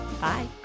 Bye